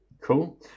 Cool